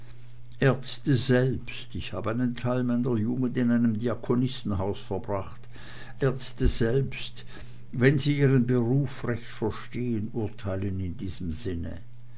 ärzte selbst ich hab einen teil meiner jugend in einem diakonissenhause verbracht ärzte selbst wenn sie ihren beruf recht verstehn urteilen in diesem sinne